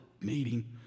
meeting